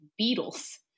beatles